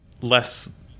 less